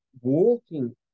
walking